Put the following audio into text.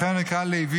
לכן הוא נקרא לוי,